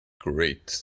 great